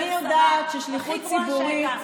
מעכשיו תתרגלי.